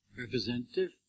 representative